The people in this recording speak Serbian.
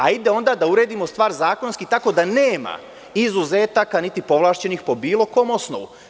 Hajde onda da uredimo stvar zakonski tako da nema izuzetaka niti povlašćenih po bilo kom osnovu.